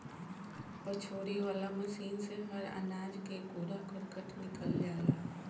पछोरे वाला मशीन से हर अनाज कअ कूड़ा करकट निकल जाला